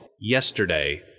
yesterday